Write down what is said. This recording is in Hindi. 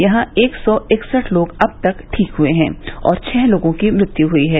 यहां एक सौ इकसठ लोग अब तक ठीक हुए हैं और छः लोगों की मृत्यु हुई है